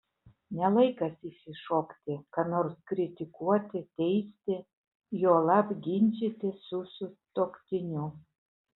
ne laikas išsišokti ką nors kritikuoti teisti juolab ginčytis su sutuoktiniu